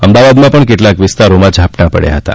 અમદાવાદમાં પણ કેટલાંક વિસ્તારોમાં ઝાપટ્ટં પડ્યું હતું